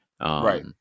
Right